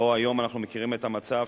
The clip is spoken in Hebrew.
שבו היום אנחנו מכירים את המצב,